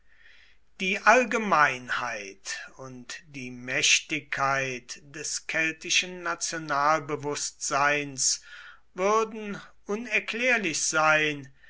die allgemeinheit und die mächtigkeit des keltischen nationalbewußtseins würden unerklärlich sein